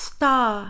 STAR